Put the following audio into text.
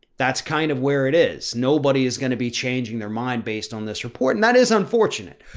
that's kind of where it is. nobody is going to be changing their mind based on this report. and that is unfortunate.